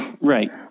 Right